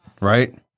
Right